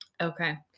Okay